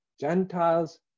Gentiles